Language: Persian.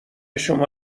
شما